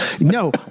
No